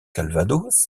calvados